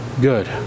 good